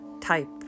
type